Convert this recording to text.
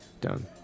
Done